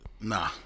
Nah